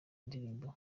ndirimbo